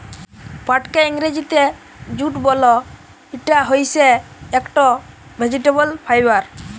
পাটকে ইংরজিতে জুট বল, ইটা হইসে একট ভেজিটেবল ফাইবার